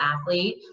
athlete